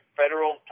federal